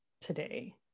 today